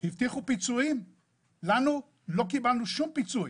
הבטיחו לנו פיצויים ולא קיבלנו שום פיצוי.